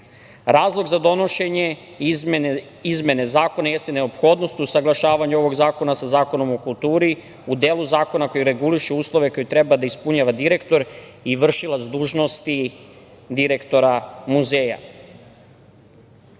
za donošenje izmene zakona jeste neophodnost usaglašavanja ovog zakona sa Zakonom o kulturi, a u delu zakona koji reguliše uslove koje treba da ispunjava direktor i vršilac dužnosti direktora muzeja.